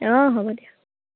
অঁ হ'ব দিয়া